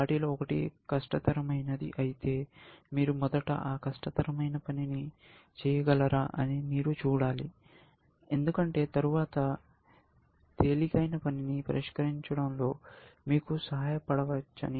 వాటిలో ఒకటి కష్టతరమైనది అయితే మీరు మొదట ఆ కష్టతరమైన పని ని చేయగలరా అని మీరు చూడాలి ఎందుకంటే తరువాత తేలికైన పనిని పరిష్కరించడంలో మీకు సహాయపడవచ్చని